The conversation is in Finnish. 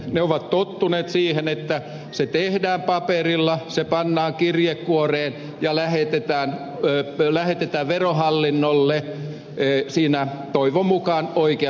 he ovat tottuneet siihen että ilmoitus tehdään paperilla pannaan kirjekuoreen ja lähetetään verohallinnolle toivon mukaan siinä oikeassa ajassa